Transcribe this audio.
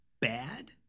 bad